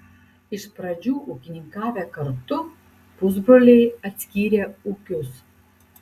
iš pradžių ūkininkavę kartu pusbroliai atskyrė ūkius